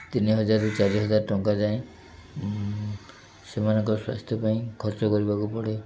ତିନି ହଜାରରୁ ଚାରି ହଜାର ଟଙ୍କା ଯାଏ ସେମାନଙ୍କ ସ୍ୱାସ୍ଥ୍ୟ ପାଇଁ ଖର୍ଚ୍ଚ କରିବାକୁ ପଡ଼େ